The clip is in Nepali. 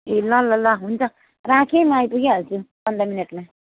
ए ल ल ल हुन्छ राखेँ है म आइपुगिहाल्छु पन्ध्र मिनेटमा